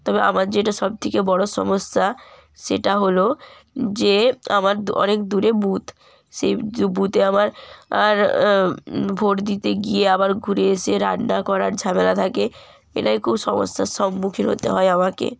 তবে আমার যেটা সব থেকে বড় সমস্যা সেটা হল যে আমার অনেক দূরে বুথ সেই বুথে আমার আর ভোট দিতে গিয়ে আবার ঘুরে এসে রান্না করার ঝামেলা থাকে এটাই খুব সমস্যার সম্মুখীন হতে হয় আমাকে